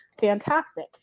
fantastic